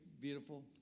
beautiful